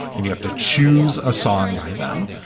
and you have to choose a song by them.